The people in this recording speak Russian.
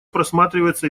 просматривается